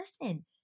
listen